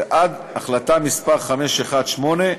ועל אף החלטה מס' 5188,